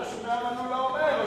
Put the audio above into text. אתה שומע מה מולה אומר,